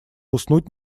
уснуть